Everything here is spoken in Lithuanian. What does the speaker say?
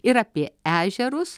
ir apie ežerus